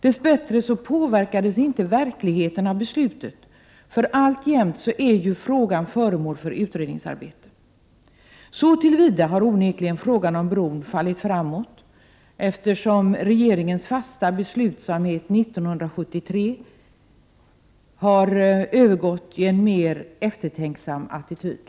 Dess bättre påverkades inte verkligheten av beslutet, för alltjämt är ju frågan föremål för utredningsarbete. Så till vida har onekligen frågan om bron fallit framåt som regeringens fasta beslutsamhet 1973 har övergått i en mer eftertänksam attityd.